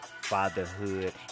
Fatherhood